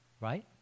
right